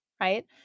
right